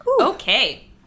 Okay